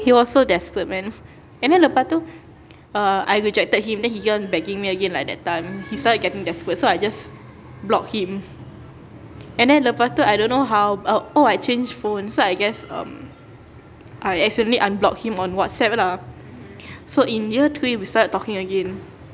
he was so desperate man and then lepas tu uh I rejected him then he keep on begging me again like that time he started getting desperate so I just block him and then lepas tu I don't know how oh oh I changed phone so I guess um I accidentally unblock him on whatsapp lah so in year three we started talking again